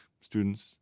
students